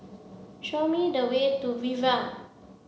show me the way to Viva